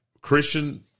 Christian